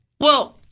Well-